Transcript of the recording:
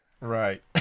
right